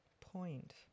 point